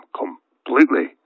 completely